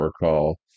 recall